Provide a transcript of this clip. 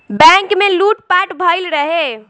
bank में लूट पाट भईल रहे